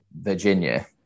Virginia